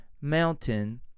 mountain